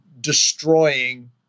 destroying